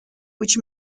which